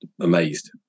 amazed